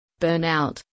burnout